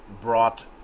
brought